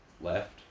left